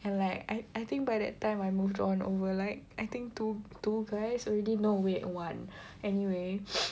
and like I I think by that time I moved on over like I think two two guys already no wait one anyway